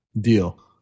Deal